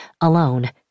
Alone